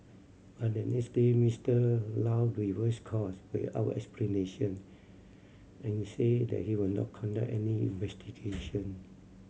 but the next day Mister Low reversed course without explanation and said that he would not conduct any investigation